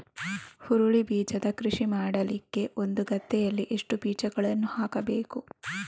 ಹುರುಳಿ ಬೀಜದ ಕೃಷಿ ಮಾಡಲಿಕ್ಕೆ ಒಂದು ಗದ್ದೆಯಲ್ಲಿ ಎಷ್ಟು ಬೀಜಗಳನ್ನು ಹಾಕಬೇಕು?